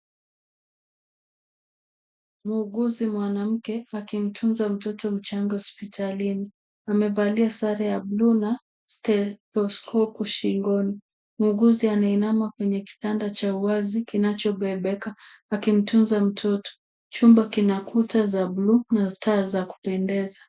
Muuguzi mwanamke akimtunza mtoto mchanga hospitalini. Amevalia sare ya blue na stethescopu shingoni. Muuguzi anainama kwenye kitanda cha uwazi kinachobebeka akitunza mtoto. Chumba kina kuta za blue na taa za kupendeza.